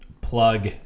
Plug